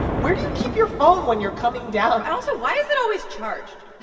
where do you keep your phone when you're coming down? also, why is it always charged?